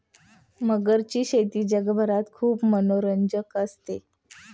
मगरीची शेती जगभरात खूप मनोरंजक असते